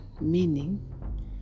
meaning